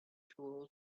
tool